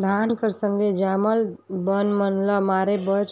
धान कर संघे जामल बन मन ल मारे बर